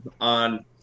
on